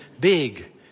big